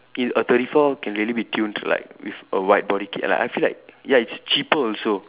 in a thirty four can really be tuned like with a wide body kit like I feel like ya it's cheaper also